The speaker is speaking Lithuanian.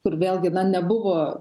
kur vėlgi nebuvo